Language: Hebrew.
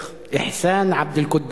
אחסאן.